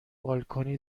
بالکنی